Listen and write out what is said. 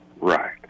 Right